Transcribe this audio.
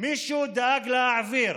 מישהו דאג להעביר